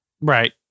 Right